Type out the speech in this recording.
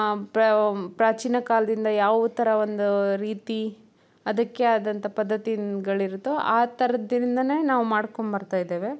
ಪ್ರಾವ್ ಪ್ರಾಚೀನ ಕಾಲದಿಂದ ಯಾವ ಥರ ಒಂದು ರೀತಿ ಅದಕ್ಕೆ ಆದಂತ ಪದ್ದತಿಗಳಿರುತ್ತು ಆ ಥರದಿಂದನೆ ನಾವು ಮಾಡ್ಕೊಂಡು ಬರ್ತಾ ಇದ್ದೇವೆ